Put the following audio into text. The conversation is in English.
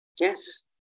yes